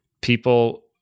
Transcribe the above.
people